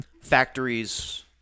factories